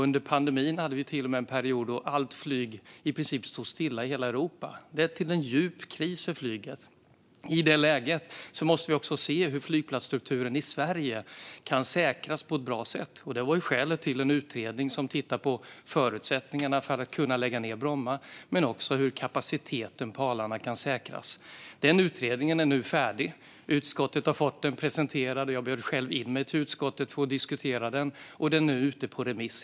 Under pandemin hade vi till och med en period då i princip allt flyg stod stilla i hela Europa. Det är en djup kris för flyget, och i det läget måste vi också se hur flygplatsstrukturen i Sverige kan säkras på ett bra sätt. Det var skälet till att vi tillsatte en utredning som tittade på förutsättningarna för att lägga ned Bromma men också på hur kapaciteten på Arlanda kan säkras. Den utredningen är nu färdig. Utskottet har fått en presentation av den. Jag bjöd själv in mig till utskottet för att diskutera den. Den är nu ute på remiss.